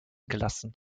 gelassen